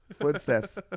Footsteps